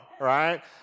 Right